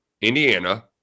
Indiana